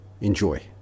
Enjoy